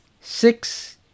six